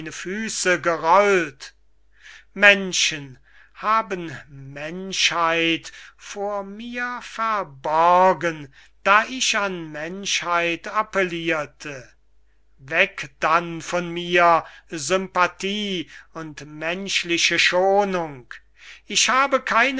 füße gerollt menschen haben menschheit vor mir verborgen da ich an menschheit appellirte weg dann von mir sympathie und menschliche schonung ich habe keinen